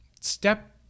step